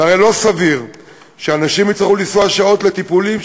זה הרי לא סביר שאנשים יצטרכו לנסוע שעות לטיפולים,